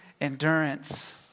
endurance